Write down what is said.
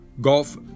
golf